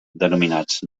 denominats